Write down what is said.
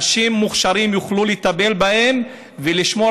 אנשים מוכשרים יוכלו לטפל בהם ולשמור